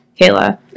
Kayla